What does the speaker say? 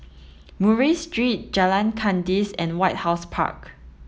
Murray Street Jalan Kandis and White House Park